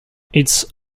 its